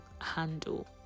handle